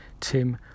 Tim